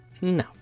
No